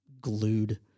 glued